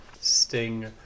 Sting